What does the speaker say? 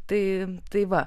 tai tai va